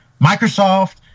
Microsoft